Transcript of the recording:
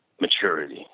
maturity